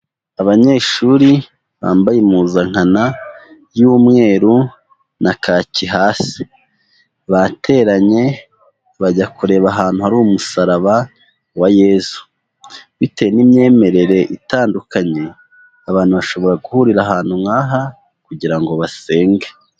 Abanyeshuri bambaye impuzankana y'umweru na kaki hasi, bateranye bajya kureba ahantu hari umusaraba wa Yezu, bitewe n'imyemerere itandukanye, abantu bashobora guhurira ahantu nk'aha kugira ngo basenge.